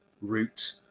route